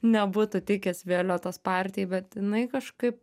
nebūtų tikęs violetos partijai bet jinai kažkaip